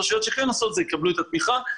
רשויות שכן עושות יקבלו את התמיכה,